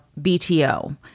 BTO